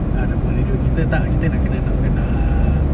ah nama radio kita tak kita nak namakan uh